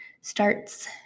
starts